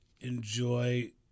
enjoy